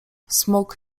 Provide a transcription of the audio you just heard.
smok